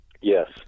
Yes